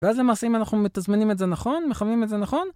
ואז למעשה אם אנחנו מתזמנים את זה נכון? מחממים את זה נכון?